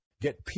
Get